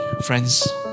friends